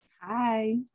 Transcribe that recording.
Hi